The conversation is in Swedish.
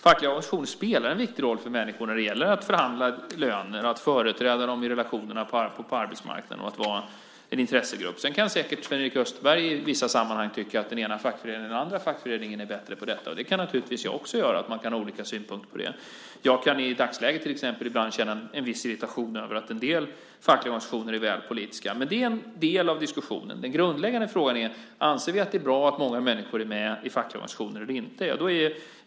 Fackliga organisationer spelar en viktig roll när det gäller att förhandla om löner, företräda medlemmarna i relationerna på arbetsmarknaden och vara en intressegrupp. Sedan kan säkert Sven-Erik Österberg i vissa sammanhang tycka att den ena fackföreningen eller den andra fackföreningen är bättre på detta. Det kan naturligtvis jag också göra. Men kan ha olika synpunkter på det. Jag kan i dagsläget till exempel ibland känna en viss irritation över att en del fackliga organisationer är väl politiska. Men det är en del av diskussionen. Den grundläggande frågan är: Anser vi att det är bra att många människor är med i fackliga organisationer eller inte?